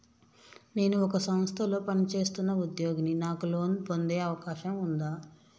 నేను ఒక సంస్థలో పనిచేస్తున్న ఉద్యోగిని నాకు లోను పొందే అవకాశం ఉందా?